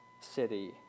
city